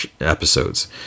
episodes